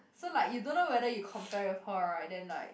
so like you don't know whether you compare with her right then like